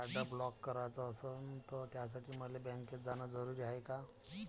Card block कराच असनं त त्यासाठी मले बँकेत जानं जरुरी हाय का?